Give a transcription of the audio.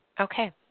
okay